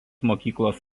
mokyklos